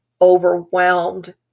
overwhelmed